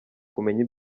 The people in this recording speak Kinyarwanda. kumenya